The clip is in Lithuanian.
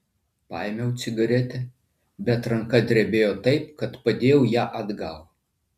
paėmiau cigaretę bet ranka drebėjo taip kad padėjau ją atgal